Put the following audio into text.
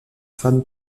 femme